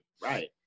Right